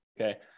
okay